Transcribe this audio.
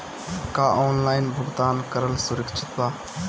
का ऑनलाइन भुगतान करल सुरक्षित बा?